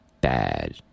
bad